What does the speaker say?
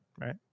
right